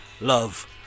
Love